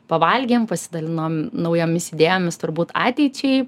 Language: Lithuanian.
pavalgėm pasidalinom naujomis idėjomis turbūt ateičiai